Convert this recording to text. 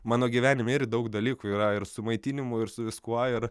mano gyvenime ir daug dalykų yra ir su maitinimu ir su viskuo ir